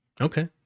Okay